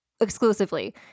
exclusively